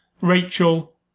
Rachel